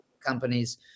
companies